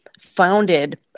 founded